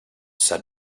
said